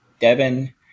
Devin